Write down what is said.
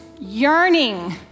yearning